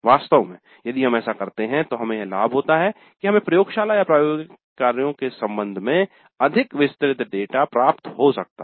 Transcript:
वास्तव में यदि हम ऐसा करते हैं तो हमें यह लाभ होता है कि हमें प्रयोगशालाओं प्रायोगिक कार्यों के संबंध में अधिक विस्तृत डेटा प्राप्त हो सकता है